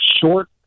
short